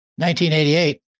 1988